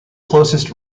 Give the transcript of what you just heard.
closest